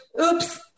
Oops